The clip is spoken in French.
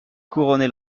couronné